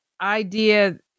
idea